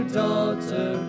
daughter